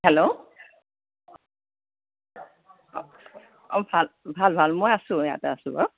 hello অ' ভাল ভাল ভাল মই আছো ইয়াতে আছো বাৰু